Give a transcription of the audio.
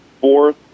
fourth